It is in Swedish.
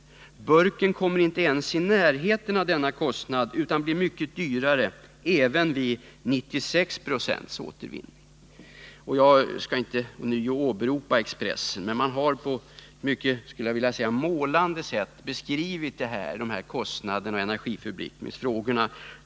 Kostnaderna för burken kommer inte ens i närheten av detta belopp utan blir mycket högre även vid 96 procents återvinning. Jag skall inte ånyo åberopa Expressen, men tidningen har på ett mycket målande sätt beskrivit kostnaderna och energiförbrukningen.